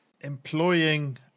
employing